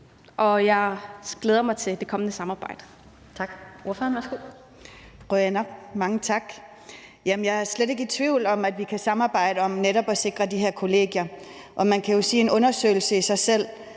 vi glæder os til det kommende samarbejde.